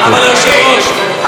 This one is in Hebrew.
אבל יש הבדל בין זה לבין להגיב איך